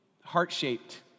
heart-shaped